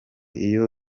iyo